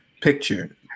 Picture